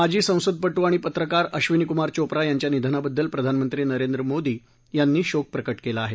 माजी संसदप आणि पत्रकार अश्विनीकुमार चोप्रा यांच्या निधनाबद्दल प्रधानमंत्री नरेंद्र मोदी यांनी शोक प्रकाकेला आहे